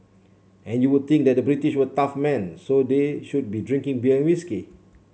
and you would think that the British were tough men so they should be drinking beer and whisky